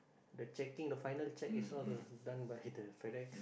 the checking the final check is all done by the Fedex